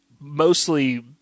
mostly